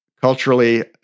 Culturally